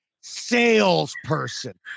Salesperson